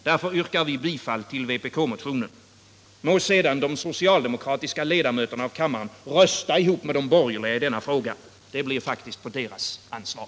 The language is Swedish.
Därför yrkar vi bifall till vpkmotionen. Må sedan de socialdemokratiska ledamöterna av kammaren rösta ihop med de borgerliga i denna fråga — det blir på deras eget ansvar.